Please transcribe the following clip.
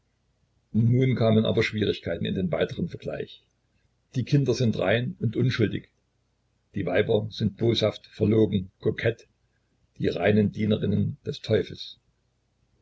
nun kamen aber schwierigkeiten in den weiteren vergleich die kinder sind rein und unschuldig die weiber sind boshaft verlogen kokett die reinen dienerinnen des teufels